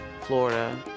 Florida